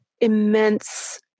immense